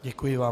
Děkuji vám.